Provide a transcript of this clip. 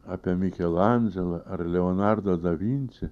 apie mikelandželą ar leonardo da vinči